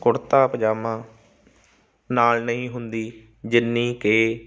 ਕੁੜਤਾ ਪਜਾਮਾ ਨਾਲ ਨਹੀਂ ਹੁੰਦੀ ਜਿੰਨੀ ਕਿ